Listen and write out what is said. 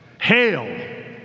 hail